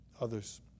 others